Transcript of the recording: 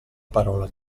parola